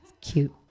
cute